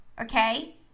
okay